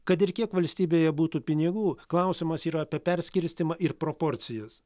kad ir kiek valstybėje būtų pinigų klausimas yra apie perskirstymą ir proporcijas